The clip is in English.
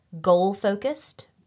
goal-focused